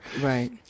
right